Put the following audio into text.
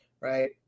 Right